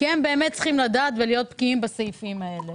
כי הם באמת צריכים לדעת ולהיות בקיאים בסעיפים האלה.